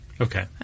Okay